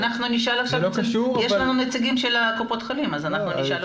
יש לנו נציגים של קופות החולים, נשאל אותם.